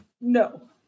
no